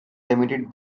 limited